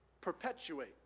perpetuate